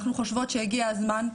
אנחנו חושבות שהגיע הזמן,